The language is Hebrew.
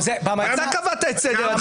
אתה קבעת את סדר הדיון.